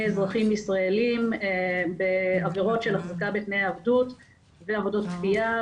אזרחים ישראלים בעבירות של החזקה בתנאי עבדות ועבודות כפייה,